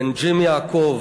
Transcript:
בן ג'ים יעקב